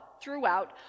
throughout